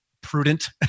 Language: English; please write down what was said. prudent